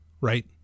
Right